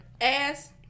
ass